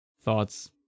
thoughts